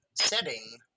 setting